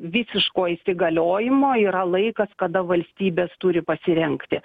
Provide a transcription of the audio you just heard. visiško įsigaliojimo yra laikas kada valstybės turi pasirengti